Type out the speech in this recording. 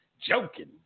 joking